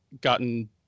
gotten